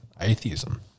atheism